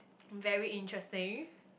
very interesting